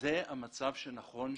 זה המצב שנכון שיימשך.